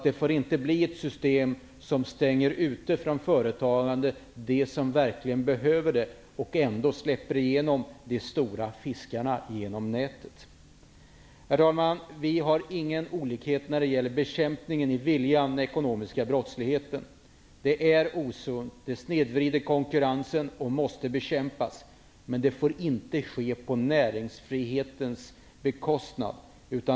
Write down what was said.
Det får inte bli ett system som stänger ute dem som verkligen behöver det från företagande och som ändå släpper de stora fiskarna genom nätet. Herr talman! Vi har ingen olikhet när det gäller viljan att bekämpa den ekonomiska brottsligheten. Den ekonomiska brottsligheten är osund. Den snedvrider konkurrensen och måste bekämpas. Men det skall inte ske på näringsfrihetens bekostnad.